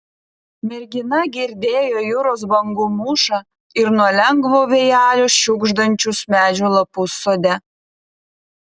mergina girdėjo jūros bangų mūšą ir nuo lengvo vėjelio šiugždančius medžių lapus sode